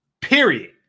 Period